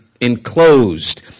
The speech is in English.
enclosed